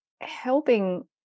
helping